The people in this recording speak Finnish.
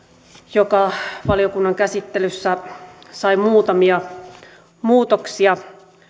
joka valiokunnan käsittelyssä sai muutamia muutoksia